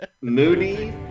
Moody